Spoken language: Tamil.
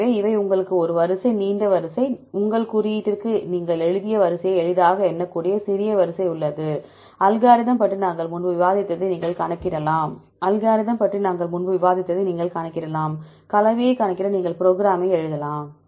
எனவே இவை உங்களுக்கும் ஒரு வரிசை ஒரு நீண்ட வரிசை உங்கள் குறியீட்டிற்கு நீங்கள் எழுதிய நீண்ட வரிசையை எளிதாக எண்ணக்கூடிய சிறிய வரிசை உள்ளது அல்காரிதம் பற்றி நாங்கள் முன்பு விவாதித்ததை நீங்கள் கணக்கிடலாம் கலவையை கணக்கிட நீங்கள் ப்ரோக்ராமை எழுதலாம்